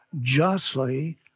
justly